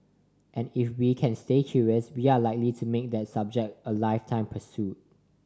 and if we can stay curious we are likely to make that subject a lifetime pursuit